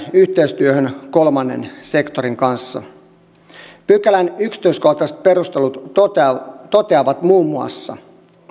yhteistyöhön kolmannen sektorin kanssa pykälän yksityiskohtaiset perustelut toteavat muun muassa